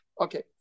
okay